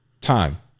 Time